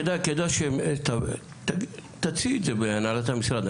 כדאי שתציעי את זה בהנהלת המשרד,